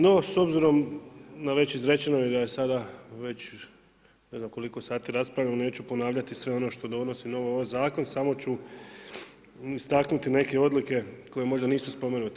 No s obzirom na već izrečeno i da je sada već ne znam koliko sati raspravljamo, neću ponavljati sve ono što donosi ovaj zakon samo ću istaknuti neke odlike koje možda nisu spomenute.